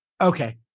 Okay